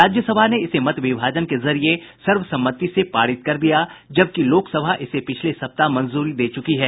राज्यसभा ने इसे मतविभाजन के जरिये सर्वसम्मति से पारित कर दिया जबकि लोकसभा इसे पिछले सप्ताह मंजूरी दे चुकी है